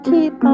Keep